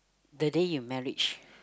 the day you marriage